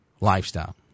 lifestyle